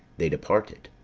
they departed.